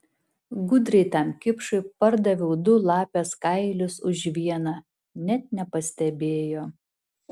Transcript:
gudriai tam kipšui pardaviau du lapės kailius už vieną net nepastebėjo